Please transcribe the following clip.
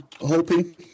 hoping